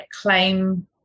claim